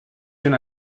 you